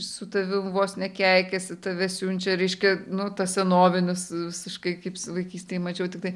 su tavim vos ne keikiasi tave siunčia reiškia nu tas senovinis visiškai kaip vaikystėj mačiau tiktai